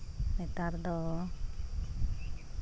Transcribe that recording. ᱱᱮᱛᱟᱨ ᱫᱚ